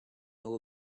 know